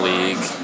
League